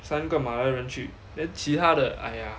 三个马来人去 then 其他的 !aiya!